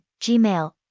Gmail